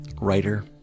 writer